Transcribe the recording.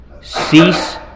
Cease